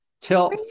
till